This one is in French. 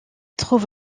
trouve